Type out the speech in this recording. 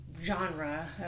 genre